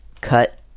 cut